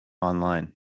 online